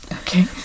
Okay